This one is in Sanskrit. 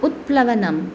उत्प्लवनम्